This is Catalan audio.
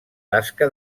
tasca